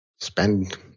spend